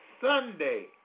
Sunday